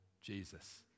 Jesus